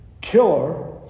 killer